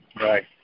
Right